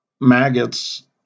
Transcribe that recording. maggots